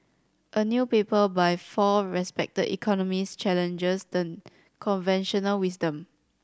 a new paper by four respected economists challenges the conventional wisdom